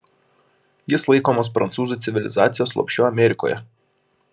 jis laikomas prancūzų civilizacijos lopšiu amerikoje